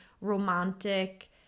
romantic